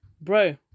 bro